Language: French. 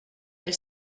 elle